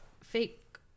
fake